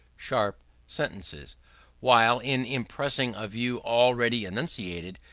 sharp sentences while, in impressing a view already enunciated,